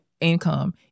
income